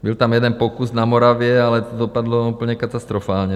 Byl tam jeden pokus na Moravě, ale dopadlo úplně katastrofálně.